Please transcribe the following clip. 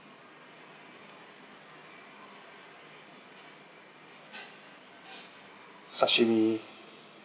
sashimi